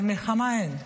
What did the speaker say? אבל מלחמה אין.